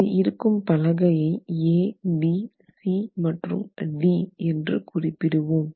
அது இருக்கும் பலகையை ABC மற்றும் D என்று குறிப்பிடுவோம்